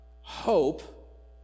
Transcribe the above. hope